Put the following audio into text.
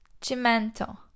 cimento